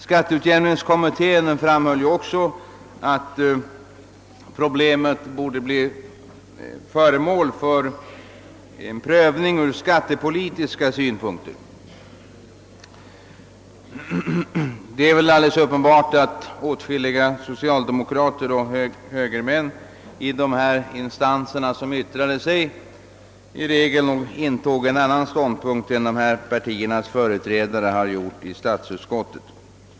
Skatteutjämningskommittén framhöll också att problemet borde bli föremål för en prövning ur skattepolitiska synpunkter. Det är väl alldeles uppenbart att åtskilliga socialdemokrater och högermän i de instanser som yttrade sig i regel intog en annan ståndpunkt än dessa partiers företrädare har gjort i statsutskottet.